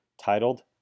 titled